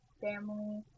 family